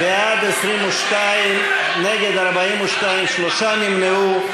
בעד, 22, נגד 42, שלושה נמנעו.